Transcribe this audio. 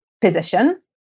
Position